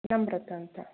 ನಮ್ರತ ಅಂತ